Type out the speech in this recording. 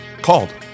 Called